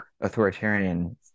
authoritarian